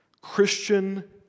Christian